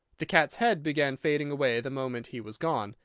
the cat's head began fading away the moment he was gone,